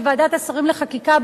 שוועדת השרים לחקיקה,